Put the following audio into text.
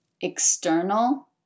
external